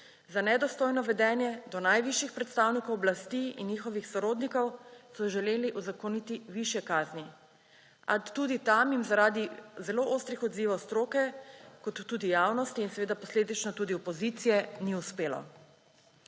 za nedostojno vedenje do najvišjih predstavnikov oblasti in njihovih sorodnikov so želeli uzakoniti višje kazni. A tudi tam jim zaradi zelo ostrih odzivov stroke ter tudi javnosti in posledično opozicije ni uspelo.